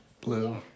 blue